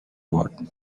ward